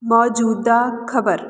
ਮੌਜੂਦਾ ਖ਼ਬਰ